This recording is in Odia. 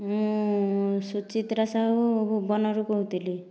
ମୁଁ ସୁଚିତ୍ରା ସାହୁ ଭୁବନରୁ କହୁଥିଲି